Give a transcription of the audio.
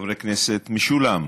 וחברי כנסת, משולם,